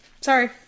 Sorry